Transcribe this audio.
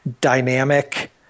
dynamic